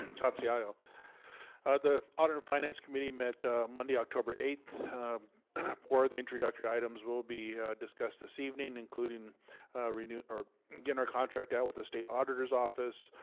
and ah the audit and finance committee met ah monday october eighth four of the introductory items will be discussed this evening including renewed or getting our contract out with the state auditor's office.